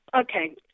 Okay